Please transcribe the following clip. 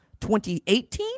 2018